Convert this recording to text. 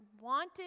wanted